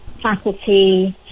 faculty